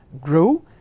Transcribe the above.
grow